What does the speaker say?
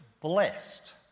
blessed